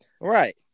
Right